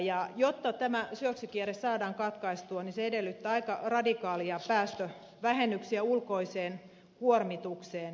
ja jotta tämä syöksykierre saadaan katkaistua se edellyttää aika radikaaleja päästövähennyksiä ulkoiseen kuormitukseen